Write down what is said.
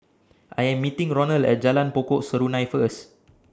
I Am meeting Ronal At Jalan Pokok Serunai First